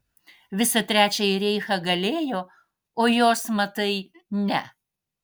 visą trečiąjį reichą galėjo o jos matai ne